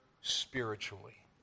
spiritually